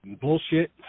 bullshit